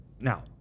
Now